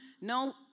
no